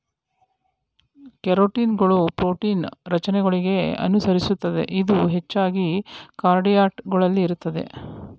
ಕೆರಾಟಿನ್ಗಳು ಪ್ರೋಟೀನ್ ರಚನೆಗಳಿಗೆ ಅನುಸರಿಸುತ್ತದೆ ಇದು ಹೆಚ್ಚಾಗಿ ಕಾರ್ಡೇಟ್ ಗಳಲ್ಲಿ ಇರ್ತದೆ